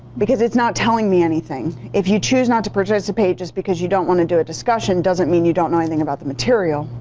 because it's not telling me anything. if you choose not to participate just because you don't want to do a discussion doesn't mean you don't know anything about the material.